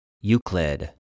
Euclid